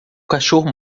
cachorro